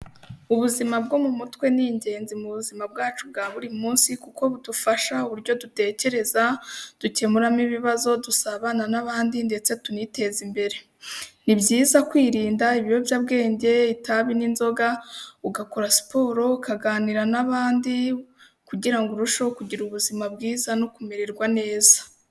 Ubuzima bwo mu mutwe ni ingenzi mu buzima bwacu bwa buri munsi kuko budufasha uburyo dutekereza, dukemuramo ibibazo, dusabana n'abandi ndetse tuniteza imbere. Ni byiza kwirinda ibiyobyabwenge, itabi n'inzoga, ugakora siporo, ukaganira n'abandi kugira ngo urusheho kugira ubuzima bwiza no kumererwa neza.